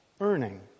earning